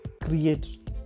create